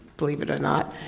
believe it or not,